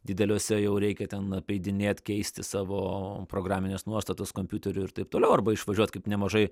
dideliuose jau reikia ten apeidinėt keisti savo programines nuostatas kompiuteriu ir taip toliau arba išvažiuot kaip nemažai